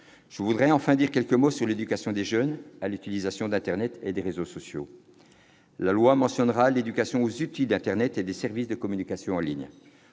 je veux dire quelques mots sur l'éducation des jeunes à l'utilisation d'internet et des réseaux sociaux. La loi mentionnera l'« éducation à l'utilisation d'internet et des services de communication en ligne